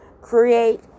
create